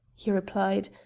he replied,